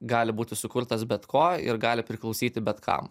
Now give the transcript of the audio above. gali būti sukurtas bet ko ir gali priklausyti bet kam